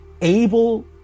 Able